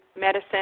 medicine